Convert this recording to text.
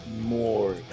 more